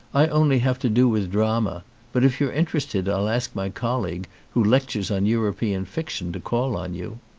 i only have to do with drama but if you're interested i'll ask my col league who lectures on european fiction to call on you.